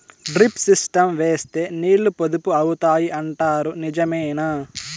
Drip system వేస్తే నీళ్లు పొదుపు అవుతాయి అంటారు నిజమేనా?